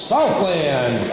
Southland